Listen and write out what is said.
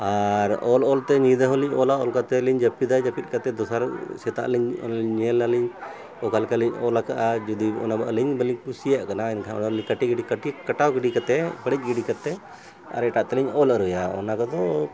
ᱟᱨ ᱚᱞ ᱚᱞᱛᱮ ᱧᱤᱫᱟᱹ ᱦᱚᱸᱞᱤᱧ ᱚᱞᱟ ᱚᱞ ᱠᱟᱛᱮᱞᱤᱧ ᱡᱟᱹᱯᱤᱫᱟ ᱡᱟᱹᱯᱤᱫ ᱠᱟᱛᱮ ᱫᱚᱥᱟᱨ ᱥᱮᱛᱟᱜ ᱞᱤᱧ ᱧᱮᱞᱟᱞᱤᱧ ᱚᱠᱟ ᱞᱮᱠᱟᱞᱤᱧ ᱚᱞ ᱟᱠᱟᱫᱼᱟ ᱡᱩᱫᱤ ᱚᱱᱟ ᱟᱹᱞᱤᱧ ᱵᱟᱹᱞᱤᱧ ᱠᱩᱥᱤᱭᱟᱜ ᱠᱟᱱᱟ ᱮᱱᱠᱷᱟᱱ ᱚᱱᱟ ᱠᱟᱹᱴᱤᱡ ᱜᱤᱰᱤ ᱠᱟᱹᱴᱤᱡ ᱠᱟᱴᱟᱣ ᱜᱤᱰᱤ ᱠᱟᱛᱮᱜ ᱵᱟᱹᱲᱤᱡ ᱜᱤᱰᱤ ᱠᱟᱛᱮᱜ ᱟᱨ ᱮᱴᱟᱜ ᱛᱮᱞᱤᱧ ᱚᱞ ᱟᱹᱨᱩᱭᱟ ᱚᱱᱟ ᱠᱚᱫᱚ